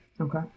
Okay